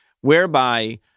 whereby